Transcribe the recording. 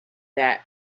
that